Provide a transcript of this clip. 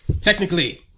Technically